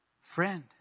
Friend